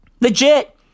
Legit